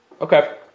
Okay